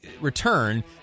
return